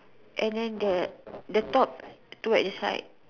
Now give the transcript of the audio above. and then the the top two at the side